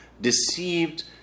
deceived